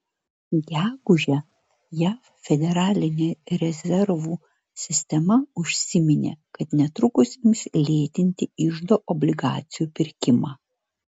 gegužę jav federalinė rezervų sistema užsiminė kad netrukus ims lėtinti iždo obligacijų pirkimą